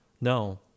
no